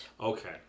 Okay